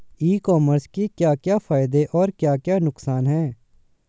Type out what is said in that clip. ई commerce के क्या क्या फायदे और क्या क्या नुकसान है?